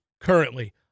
currently